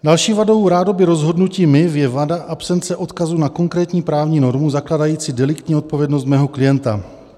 Další vadou rádoby rozhodnutí MIV je vada absence odkazu na konkrétní právní normu zakládající deliktní odpovědnost mého klienta.